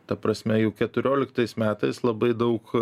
ta prasme jau keturioliktais metais labai daug